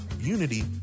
unity